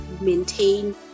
maintain